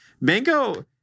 Mango